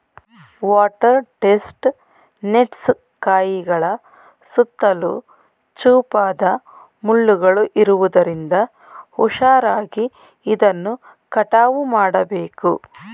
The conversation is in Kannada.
ವಾಟರ್ ಟೆಸ್ಟ್ ನೆಟ್ಸ್ ಕಾಯಿಗಳ ಸುತ್ತಲೂ ಚೂಪಾದ ಮುಳ್ಳುಗಳು ಇರುವುದರಿಂದ ಹುಷಾರಾಗಿ ಇದನ್ನು ಕಟಾವು ಮಾಡಬೇಕು